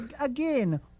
again